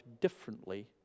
differently